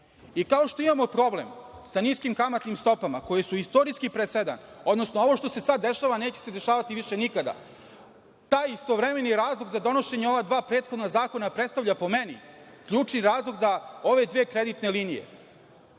što imamo problem sa niskim kamatnim stopama, koje su istorijski presedan, odnosno ovo što se sada dešava neće se dešavati više nikada. Taj istovremeni razlog za donošenje odluka ova dva prethodna zakona, predstavlja po meni, ključni razlog za ove dve kreditne linije.